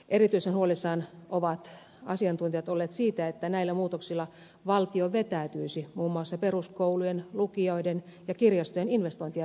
erityisen huolissaan ovat asiantuntijat olleet siitä että näillä muutoksilla valtio vetäytyisi muun muassa peruskoulujen lukioiden ja kirjastojen investointien rahoittamisesta